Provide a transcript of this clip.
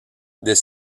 des